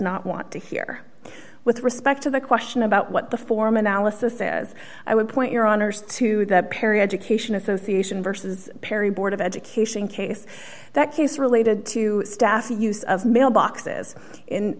not want to hear with respect to the question about what the form analysis says i would point your honour's to perry education association versus perry board of education case that case related to stassi use of mailboxes in